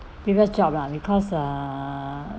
previous job lah because uh